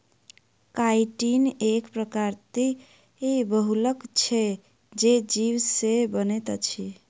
chitin एक प्राकृतिक बहुलक छै जे जीव से बनैत अछि